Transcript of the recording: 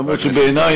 אף שבעיני,